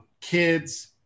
kids